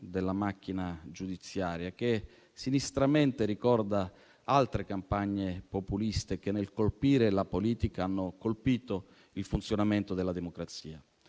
della macchina giudiziaria, che sinistramente ricorda altre campagne populiste che, nel colpire la politica, hanno colpito il funzionamento della democrazia.